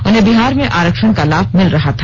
उन्हें बिहार में आरक्षण का लाभ मिल रहा था